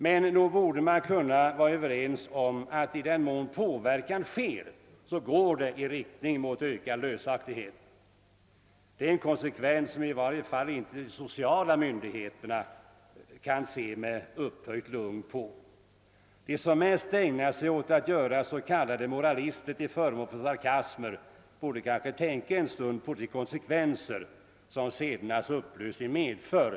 Men vi borde kunna vara Överens om att i den mån det förekommer påverkan går utvecklingen i riktning mot ökande lösaktighet. Detta är en konsekvens som i varje fall de sociala myndigheterna inte kan betrakta med upphöjt lugn. De som mest ägnar sig åt att göra s.k. moralister till före mål för sarkasmer borde kanske tänka något på de konsekvenser som sedernas upplösning medför.